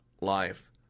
life